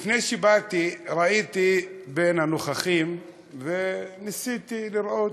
לפני שבאתי, ראיתי בין הנוכחים, וניסיתי לראות,